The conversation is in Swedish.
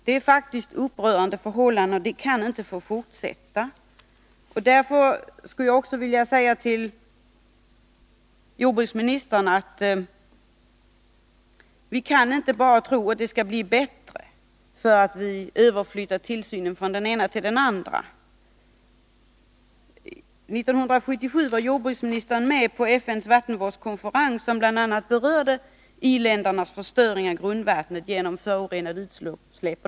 Det är faktiskt upprörande förhållanden, och det kan inte få fortsätta. Mot denna bakgrund skulle jag också vilja säga till jordbruksministern att vi inte bara kan tro att det skall bli bättre därför att vi överflyttar tillsynen från den ena till den andra. 1977 var jordbruksministern med på FN:s vattenvårdskonferens, där man bl.a. berörde i-ländernas förstöring av grundvattnet genom förorenade utsläpp.